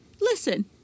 listen